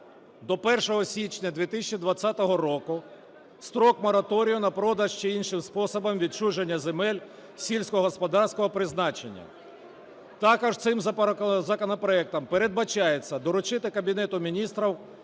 до 1 січня 2020 року, строк мораторію на продаж чи іншим способом відчуження земель сільськогосподарського призначення. Також цим законопроектом передбачається доручити Кабінету Міністрів